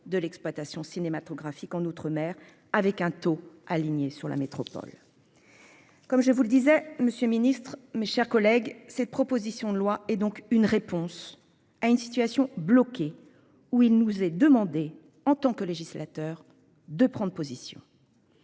de l'exploitation cinématographique en outre-mer avec un taux aligné sur la métropole. Comme je vous le disais monsieur ministre, mes chers collègues, cette proposition de loi et donc une réponse à une situation bloquée où il nous est demandé, en tant que législateur de prendre position.